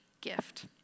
gift